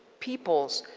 peoples,